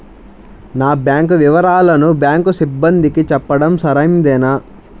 నా బ్యాంకు వివరాలను బ్యాంకు సిబ్బందికి చెప్పడం సరైందేనా?